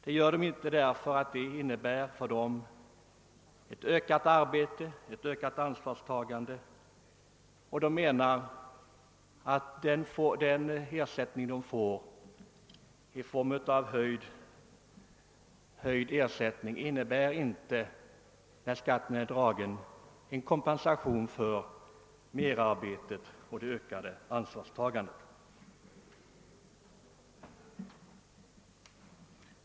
Det avstår de ifrån, därför att det för dem medför ökat arbete och ökat ansvarstagande, och de menar att den högre ersättning de får inte innebär, när skatten är dragen, en kompensation för merarbetet på det ökade ansvarstagandet.